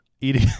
eating